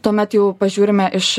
tuomet jau pažiūrime iš